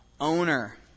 owner